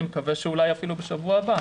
אני מקווה שאולי אפילו בשבוע הבא.